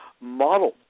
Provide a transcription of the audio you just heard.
model